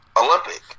Olympic